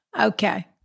Okay